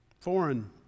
foreign